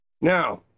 Now